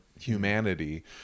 humanity